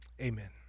amen